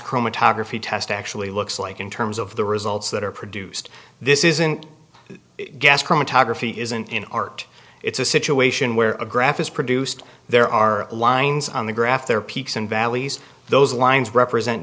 chromatography test actually looks like in terms of the results that are produced this isn't gas chromatography isn't an art it's a situation where a graph is produced there are lines on the graph their peaks and valleys those lines represent